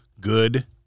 Good